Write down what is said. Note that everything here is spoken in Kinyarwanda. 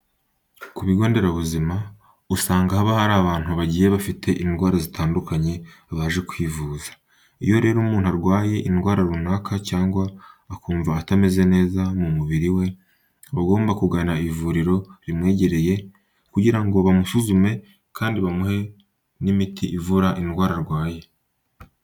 Ku bigo nderabuzima usanga haba hari abantu bagiye bafite indwara zitandukanye baje kwivuza. Iyo rero umuntu arwaye indwara runaka cyangwa akumva atameze neza mu muburi we, aba agomba kugana ivuriro rimwegereye kugira ngo bamusuzume kandi bamuhe n'imiti ivura indwara arwaye.